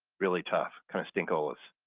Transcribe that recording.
really tough kind of stinkolas.